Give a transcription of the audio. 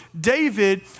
David